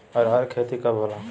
अरहर के खेती कब होला?